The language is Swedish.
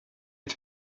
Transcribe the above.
ett